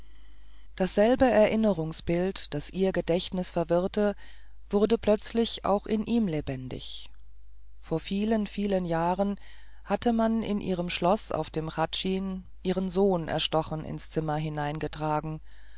dasselbe erinnerungsbild das ihr gedächtnis verwirrte wurde plötzlich auch in ihm lebendig vor vielen vielen jahren hatte man in ihrem schloß auf dem hradschin ihren sohn erstochen ins zimmer hineingetragen